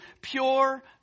pure